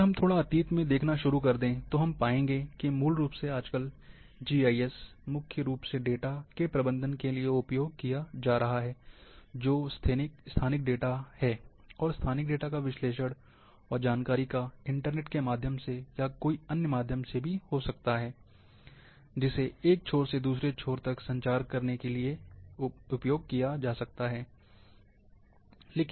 अगर हम थोड़ा अतीत में देखना शुरू कर दें तो हम पाएंगे कि मूल रूप से आजकल जीआईएस मुख्य रूप से डेटा के प्रबंधन के लिए उपयोग किया जा रहा है जो स्थानिक डेटा है और स्थानिक डेटा का विश्लेषण और जानकारी का इंटरनेट के माध्यम से या कोई अन्य माध्यम भी हो सकता है एक छोर से दूसरे तक संचार करने के लिए हो सकता है